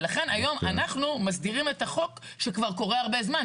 ולכן היום אנחנו מסדירים את החוק שקורה כבר הרבה זמן,